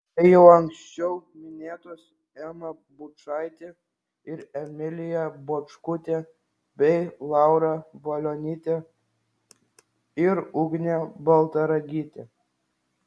tai jau anksčiau minėtos ema bučaitė ir emilija bočkutė bei laura valionytė ir ugnė baltaragytė